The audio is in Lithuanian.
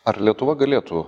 ar lietuva galėtų